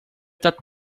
that